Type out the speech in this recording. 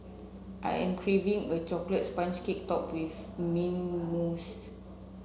I am craving a chocolate sponge cake topped with mint